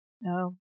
No